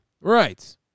Right